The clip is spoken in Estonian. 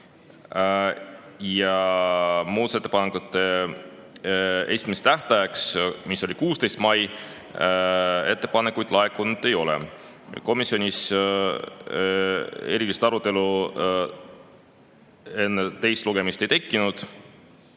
Muudatusettepanekute esitamise tähtajaks, mis oli 16. mail, ettepanekuid ei laekunud. Komisjonis erilist arutelu enne teist lugemist ei tekkinud.